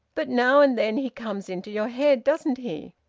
but now and then he comes into your head, doesn't he?